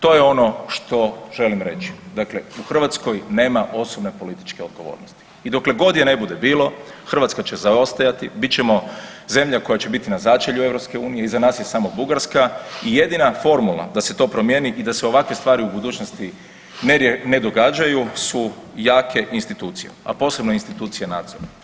To je ono što želim reći, dakle u Hrvatskoj nema osobne političke odgovornosti i dokle god je ne bude bilo Hrvatska će zaostajati, bit ćemo zemlja koja će biti na začelju EU, iza nas je samo Bugarska i jedina formula da se to promijeni i da se ovakve stvari u budućnosti ne događaju su jake institucije, a posebno institucije nadzora.